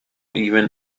even